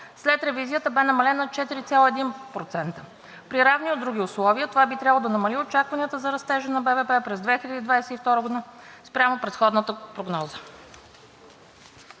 след ревизията бе намален на 4,1%. При равни други условия това би трябвало да намали очакванията за растежа на БВП през 2022 г. спрямо предходната прогноза.